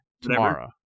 Tomorrow